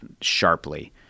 sharply